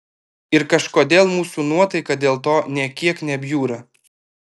ir kažkodėl mūsų nuotaika dėl to nė kiek nebjūra